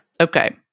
Okay